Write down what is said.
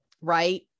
right